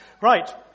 Right